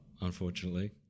unfortunately